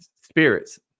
spirits